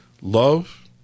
love